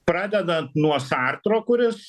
pradedant nuo sartro kuris